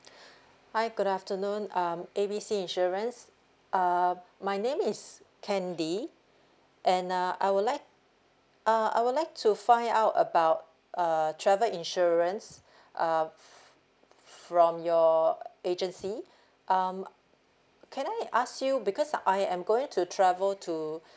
hi good afternoon um A B C insurance uh my name is candy and uh I would like uh I would like to find out about uh travel insurance uh f~ f~ from your agency um can I ask you because I I am going to travel to